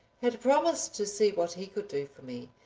had promised to see what he could do for me,